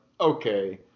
okay